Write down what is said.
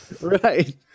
right